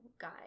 guy